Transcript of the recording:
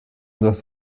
das